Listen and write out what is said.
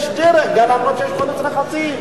יש דרך, למרות שיש כונס נכסים.